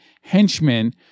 henchmen